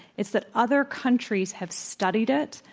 it's that other countries have studied it,